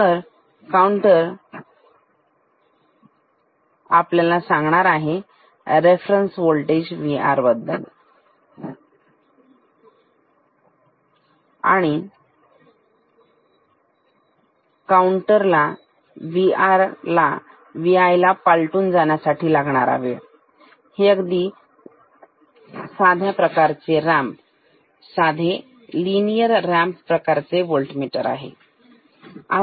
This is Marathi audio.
तर काउंटर आपल्याला सांगणार आहे Vr ला Vi पालटुन जाण्यासाठी लागणारा वेळ हे एक साधे रॅम्प प्रकारचे साधे लिनियर रॅम्प प्रकारचे व्होल्टमीटर आहे